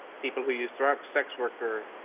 people who use drugs, sex workers,